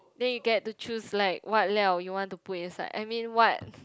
then you get to choose like what liao you want to put inside I mean what